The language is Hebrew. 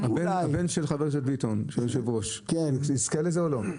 הבן של חבר הכנסת ביטון יזכה לזה או לא?